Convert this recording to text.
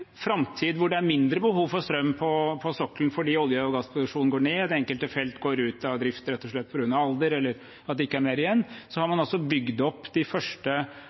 framtid hvor det er mindre behov for strøm på sokkelen fordi olje- og gassproduksjonen går ned, enkelte felt går ut av drift rett og slett på grunn av alder, eller at det ikke er mer igjen – har man altså bygd opp de første havvindområdene, de første